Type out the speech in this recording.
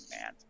man